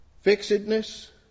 fixedness